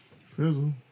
Fizzle